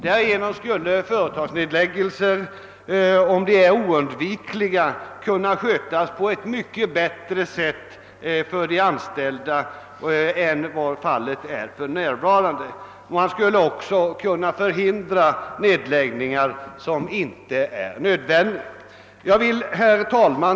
Därigenom skulle företagsnedläggningar, om de är oundvikliga, kunna skötas på ett mycket bättre sätt för de anställda än vad fallet är för närvarande. Man skulle också kunna förhindra inte nödvändiga nedläggningar. Herr talman!